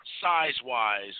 size-wise